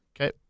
Okay